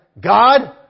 God